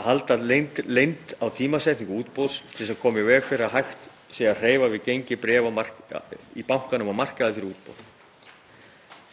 að halda leynd á tímasetningu útboðs til að koma í veg fyrir að hægt sé að hreyfa við gengi bréfa í bankanum á markaði fyrir útboð.